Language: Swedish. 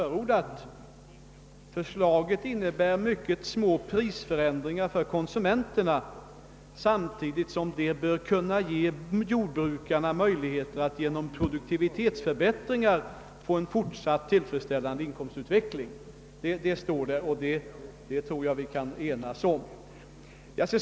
Vidare heter det i propositionen: »Förslaget innebär mycket små prisförändringar för konsumenterna samtidigt som det bör kunna ge jordbrukarna möjligheter att genom produktivitetsförbättringar få en fortsatt — tillfredsställande inkomstutveckling.» Detta tror jag att vi kan enas om.